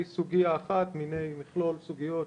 היא סוגייה אחת מיני מכלול סוגיות,